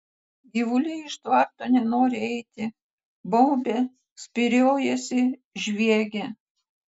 gyvuliai iš tvarto nenori eiti baubia spyriojasi žviegia